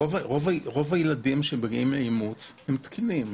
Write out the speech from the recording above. רוב הילדים שמגיעים מאימוץ, הם תקינים.